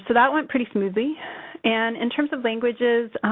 so that went pretty smoothly and, in terms of languages,